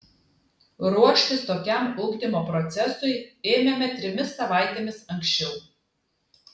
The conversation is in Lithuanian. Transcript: ruoštis tokiam ugdymo procesui ėmėme trimis savaitėmis anksčiau